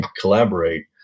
collaborate